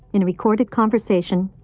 in a recorded conversation,